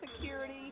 security